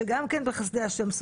שגם כן בחסדי השם,